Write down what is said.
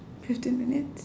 fifteen minutes